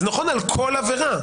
זה נכון על כל עבירה.